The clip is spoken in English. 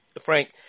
Frank